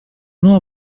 know